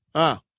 oh.